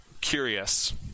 curious